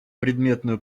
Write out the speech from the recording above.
предметную